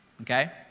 okay